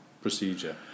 procedure